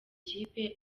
kipe